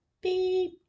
Beep